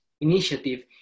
initiative